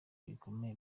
bikomeye